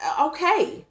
okay